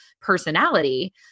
personality